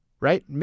right